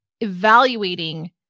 evaluating